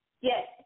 Yes